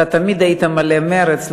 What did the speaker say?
אתה תמיד היית מלא מרץ,